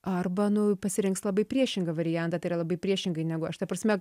arba nu pasirinks labai priešingą variantą tai yra labai priešingai negu aš ta prasme